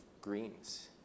greens